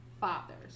fathers